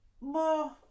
more